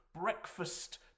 breakfast